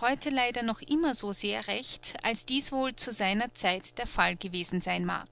heute leider noch immer so sehr recht als dies wohl zu seiner zeit der fall gewesen sein mag